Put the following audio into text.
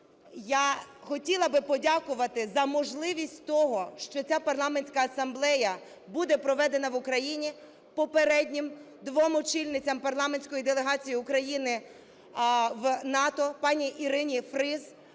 я хотіла би подякувати за можливість того, що ця Парламентська асамблея буде проведена в Україні, попереднім двом очільницям парламентської делегації України в НАТО - пані Ірині Фріз,